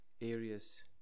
areas